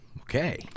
Okay